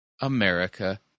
america